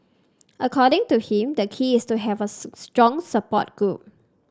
according to him the key is to have a strong support group